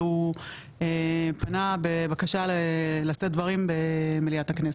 והוא פנה בבקשה לשאת דברים במליאת הכנסת,.